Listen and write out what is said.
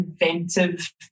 inventive